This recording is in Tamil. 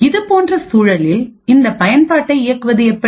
இதுபோன்ற சூழலில் இந்த பயன்பாட்டை இயக்குவது எப்படி